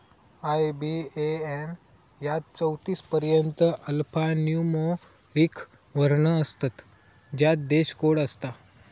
IBAN यात चौतीस पर्यंत अल्फान्यूमोरिक वर्ण असतत ज्यात देश कोड असता